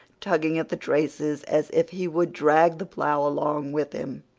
tugging at the traces as if he would drag the plough along with him.